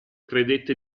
credette